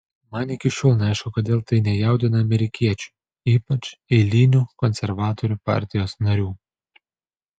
man iki šiol neaišku kodėl tai nejaudina amerikiečių ypač eilinių konservatorių partijos narių